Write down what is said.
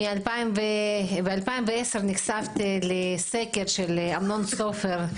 ב-2010 נחשפתי לסקר של פרופ' ארנון סופר,